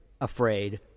afraid